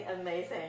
amazing